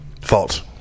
False